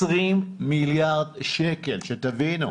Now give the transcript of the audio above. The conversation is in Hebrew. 20 מיליארד שקל, שתבינו.